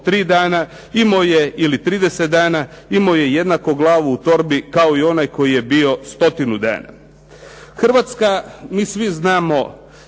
Hrvatska mi svi znamo